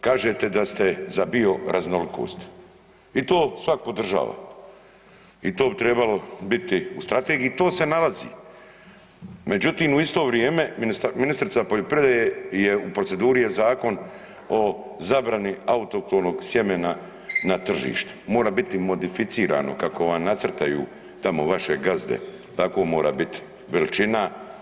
Kažete da ste za bioraznolikost i to svak podržava i to bi trebalo biti u strategiji i to se nalazi, međutim u isto vrijeme ministrica poljoprivrede je u proceduri je Zakon o zabrani autohtonog sjemena na tržištu, mora biti modificirano kako vam nacrtaju tamo vaše gazde, tako mora biti veličina.